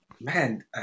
man